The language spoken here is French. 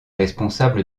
responsable